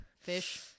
fish